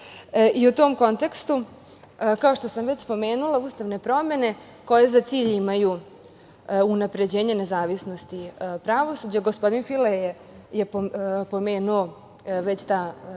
U tom kontekstu, kao što sam već spomenula, ustavne promene koje za cilj imaju unapređenje nezavisnosti pravosuđa, gospodin Fila je pomenuo već ta